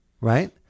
Right